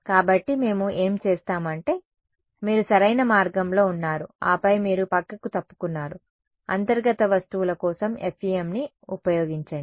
కాబట్టి మేము ఏమి చేస్తాము అంటే మీరు సరైన మార్గంలో ఉన్నారు ఆపై మీరు పక్కకు తప్పుకున్నారు అంతర్గత వస్తువుల కోసం FEMని ఉపయోగించండి